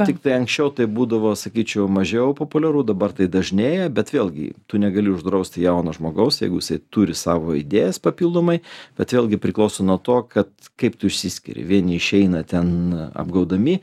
tiktai anksčiau tai būdavo sakyčiau mažiau populiaru dabar tai dažnėja bet vėlgi tu tu negali uždrausti jauno žmogaus jeigu jisai turi savo idėjas papildomai bet vėlgi priklauso nuo to kad kaip tu išsiskiri vieni išeina ten apgaudami